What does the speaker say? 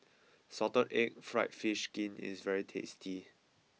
Salted Egg Fried Fish Skin is very tasty